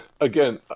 Again